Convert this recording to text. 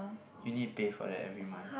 you need pay for that every month